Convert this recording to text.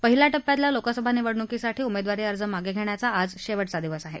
पहिल्या टप्प्यातल्या लोकसभा निवडणुकीसाठी उमेदवारी अर्ज मागं घेण्याचा आज शेवटचा दिवस आहे